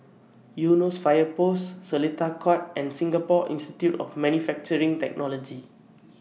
Eunos Fire Post Seletar Court and Singapore Institute of Manufacturing Technology